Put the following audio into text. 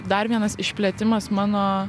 dar vienas išplėtimas mano